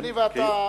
אני ואתה